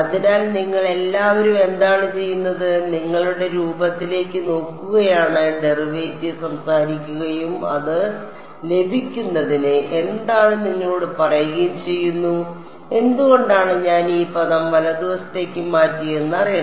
അതിനാൽ നിങ്ങൾ എല്ലാവരും എന്താണ് ചെയ്യുന്നത് നിങ്ങളുടെ രൂപത്തിലേക്ക് നോക്കുകയാണ് ഡെറിവേറ്റീവ് സംസാരിക്കുകയും അത് ലഭിക്കുന്നതിന് എന്താണെന്ന് നിങ്ങളോട് പറയുകയും ചെയ്യുന്നു എന്തുകൊണ്ടാണ് ഞാൻ ഈ പദം വലതുവശത്തേക്ക് മാറ്റിയതെന്ന് അറിയണം